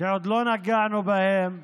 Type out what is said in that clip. שעוד לא נגענו בהם,